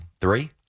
Three